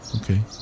Okay